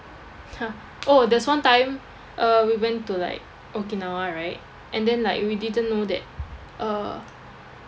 oh there's one time uh we went to like okinawa right and then like we didn't know that uh